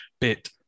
bit